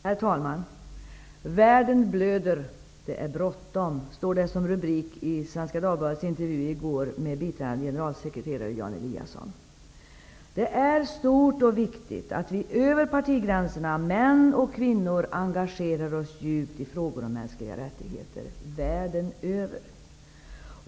Herr talman! ''Världen blöder -- det är bråttom'' står det som rubrik på en intervju med FN:s biträdande generalsekreterare Jan Eliasson i Svenska Dagbladet i går. Det är stort och viktigt att vi över partigränserna -- män och kvinnor -- engagerar oss djupt i frågor om mänskliga rättigheter världen över.